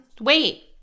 Wait